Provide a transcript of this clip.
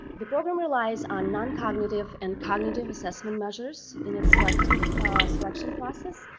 the program relies on non-cognitive and cognitive assessment measures in its selection selection process